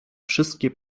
wszystkie